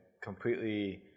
completely